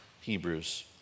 Hebrews